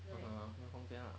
干嘛没有空间啊